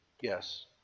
Yes